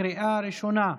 לקריאה ראשונה.